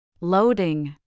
Loading